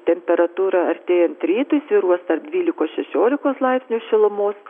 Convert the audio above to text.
temperatūra artėjant rytui svyruos tarp dvylikos šešiolikos laipsnių šilumos